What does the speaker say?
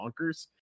bonkers